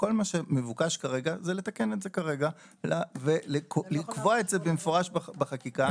וכל מה שמבוקש כרגע זה לתקן את זה כרגע ולקבוע את זה במפורש בחקיקה,